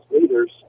leaders